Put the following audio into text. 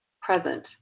present